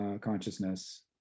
consciousness